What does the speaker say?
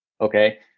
okay